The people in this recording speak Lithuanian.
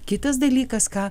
kitas dalykas ką